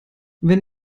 wenn